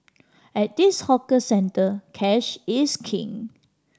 at this hawker centre cash is king